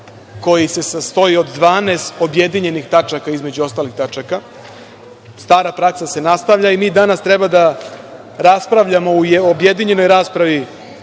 koji se sastoji od 12 objedinjenih tačaka, između ostalih tačaka. Stara praksa se nastavlja, i mi danas treba da raspravljamo u objedinjenoj raspravi